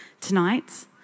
tonight